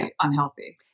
unhealthy